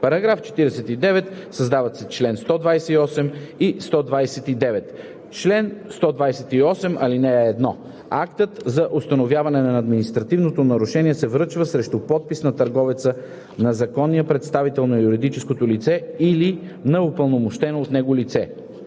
§ 49: „§ 49. Създават се чл. 128 и 129: „Чл. 128. (1) Актът за установяване на административното нарушение се връчва срещу подпис на търговеца, на законния представител на юридическото лице или на упълномощено от него лице.